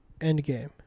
Endgame